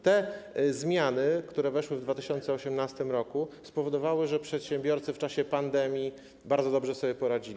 Te zmiany, które weszły w 2018 r., spowodowały, że przedsiębiorcy w czasie pandemii bardzo dobrze sobie poradzili.